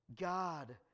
God